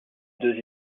deux